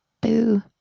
Boo